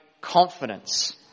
confidence